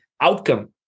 outcome